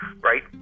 right